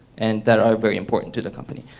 and that are very important to the company.